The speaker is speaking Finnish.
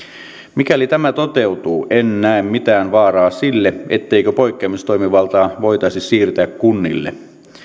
mikäli tämä toteutuu en näe mitään vaaraa sille etteikö poikkeamistoimivaltaa voitaisi siirtää kunnille